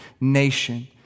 nation